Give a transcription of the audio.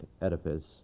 edifice